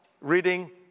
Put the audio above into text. reading